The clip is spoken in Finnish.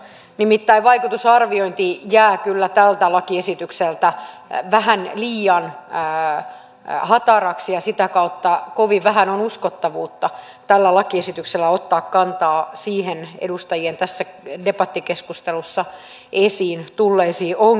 nimittäin vaikutusarviointi jää kyllä tältä lakiesitykseltä vähän liian hataraksi ja sitä kautta kovin vähän on uskottavuutta tällä lakiesityksellä ottaa kantaa niihin edustajien tässä debattikeskustelussa esiin tuomiin ongelmiin